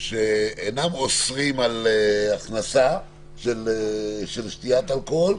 שאינם אוסרים על הכנסה של אלכוהול,